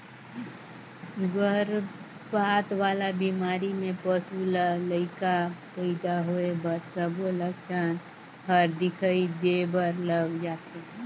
गरभपात वाला बेमारी में पसू ल लइका पइदा होए कर सबो लक्छन हर दिखई देबर लग जाथे